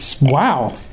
Wow